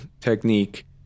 technique